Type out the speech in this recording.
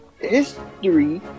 history